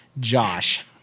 josh